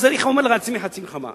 אז אני אומר לעצמי: חצי נחמה.